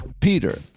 Peter